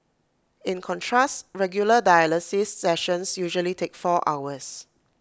in contrast regular dialysis sessions usually take four hours